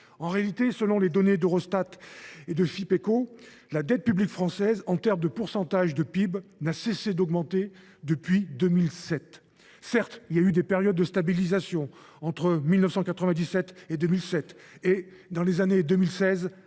En réalité, selon les données d’Eurostat et de Fipeco, la dette publique française, en pourcentage du PIB, n’a cessé d’augmenter depuis 2007. Certes, il y a eu des périodes de stabilisation, entre 1997 et 2007 et de 2016